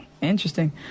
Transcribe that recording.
interesting